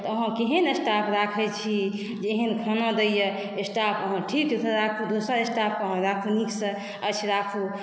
तऽ अहाँ केहन स्टाफ राखैत छी जे एहन खाना दैए स्टाफ अहाँ ठीकसँ राखू दोसर स्टाफके अहाँ राखू नीकसँ स्टाफ राखू